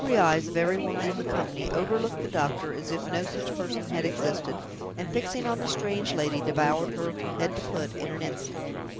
the hungry eyes of every woman in the company overlooked the doctor as if no such person had existed and, fixing on the strange lady, devoured her from head to foot in an instant.